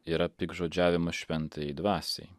yra piktžodžiavimas šventajai dvasiai